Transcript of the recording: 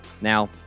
Now